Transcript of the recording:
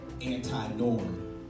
Anti-norm